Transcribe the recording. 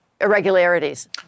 irregularities